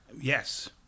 Yes